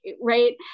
right